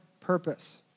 purpose